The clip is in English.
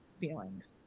feelings